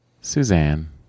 Suzanne